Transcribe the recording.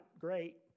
great